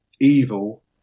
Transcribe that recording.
evil